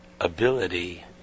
ability